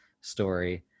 story